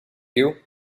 you